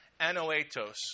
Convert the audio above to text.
anoetos